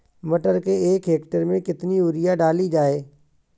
मटर के एक हेक्टेयर में कितनी यूरिया डाली जाए?